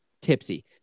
tipsy